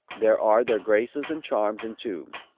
there are their graces and charms entombed.